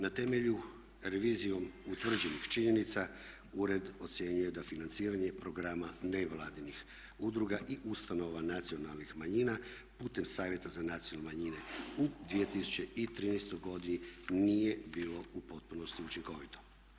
Na temelju revizijom utvrđenih činjenica ured ocjenjuje da financiranje programa nevladinih udruga i ustanova nacionalnih manjina putem Savjeta za nacionalne manjine u 2013. godini nije bilo u potpunosti učinkovito.